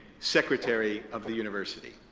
secretary of the university.